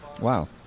Wow